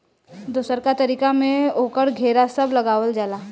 दोसरका तरीका में ओकर घेरा सब लगावल जाला